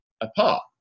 apart